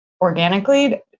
organically